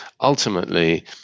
ultimately